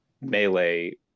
melee